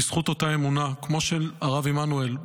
בזכות אותה אמונה כמו של הרב עמנואל,